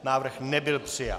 Návrh nebyl přijat.